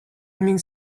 humming